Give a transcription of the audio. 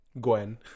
Gwen